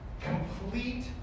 complete